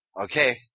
okay